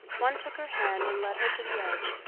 one took her hand and led her to the edge,